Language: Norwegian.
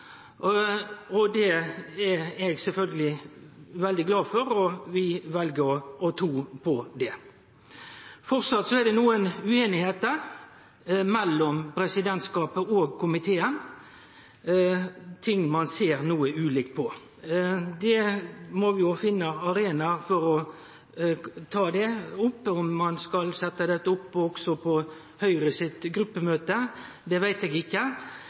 saka. Det er eg sjølvsagt veldig glad for, og vi vel å tru på det. Framleis er det nokre ueinigheiter mellom presidentskapet og komiteen, ting ein ser noko ulikt på. Det må vi òg finne arenaer for å ta opp, og om ein skal ta dette opp òg på Høgre sitt gruppemøte, veit eg ikkje.